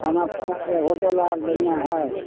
खाना पीनाके होटल आओर बढ़िआँ हैत